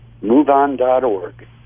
MoveOn.org